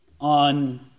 on